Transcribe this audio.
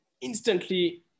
instantly